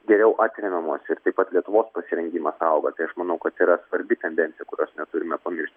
geriau atremiamos ir taip pat lietuvos pasirengimą saugoti aš manau kad yra svarbi tendencija kurios neturime pamiršt